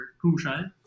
crucial